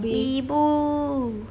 ibu